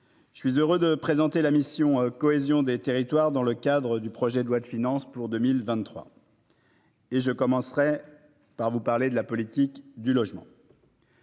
Je suis heureux de présenter la mission cohésion des territoires dans le cadre du projet de loi de finances pour 2023. Et je commencerai par vous parlez de la politique du logement.